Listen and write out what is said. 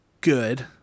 good